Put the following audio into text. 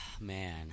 Man